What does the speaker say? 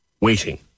waiting